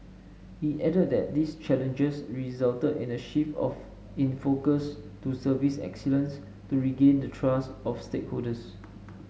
he added that these challenges resulted in a shift of in focus to service excellence to regain the trust of stakeholders